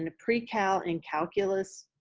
and pre-cal and calculus,